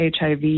HIV